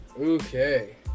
Okay